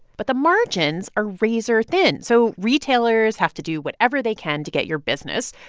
but the margins are razor thin. so retailers have to do whatever they can to get your business.